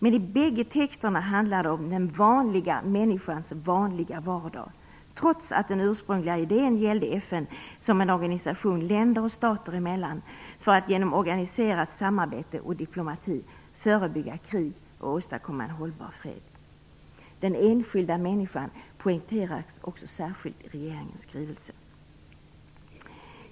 I bägge texterna handlar det om den vanliga människans vanliga vardag - trots att den ursprungliga idén var FN som en organisation länder och stater emellan för att genom organiserat samarbete och diplomati förebygga krig och åstadkomma en hållbar fred. Den enskilda människan poängteras också särskilt i regeringens skrivelse.